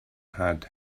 had